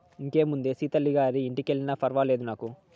ఇంకేముందే సీతల్లి గారి ఇంటికెల్లినా ఫర్వాలేదు నాకు